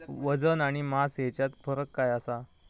वजन आणि मास हेच्यात फरक काय आसा?